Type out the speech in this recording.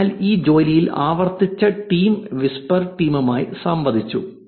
അതിനാൽ ഈ ജോലിയിൽ പ്രവർത്തിച്ച ടീം വിസ്പർ ടീമുമായി സംവദിച്ചു